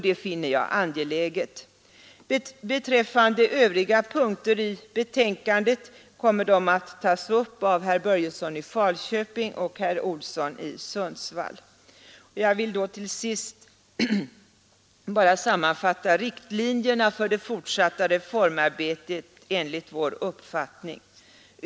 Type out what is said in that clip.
Det finner jag angeläget. Övriga punkter i betänkandet kommer att tas upp av herrar Börjesson i Falköping och Olsson i Sundsvall. Jag vill till sist sammanfatta riktlinjerna för det fortsatta reformarbetet enligt vår uppfattning.